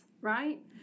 right